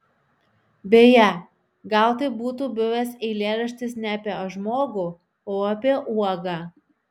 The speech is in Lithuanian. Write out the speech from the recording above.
beje gal tai būtų buvęs eilėraštis ne apie žmogų o apie uogą